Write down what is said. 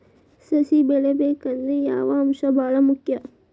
ಸಸಿ ಬೆಳಿಬೇಕಂದ್ರ ಯಾವ ಅಂಶ ಭಾಳ ಮುಖ್ಯ?